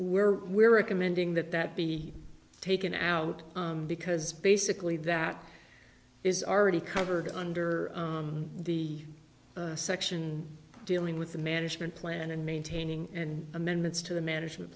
we're we're recommending that that be taken out because basically that is already covered under the section dealing with the management plan and maintaining and amendments to the management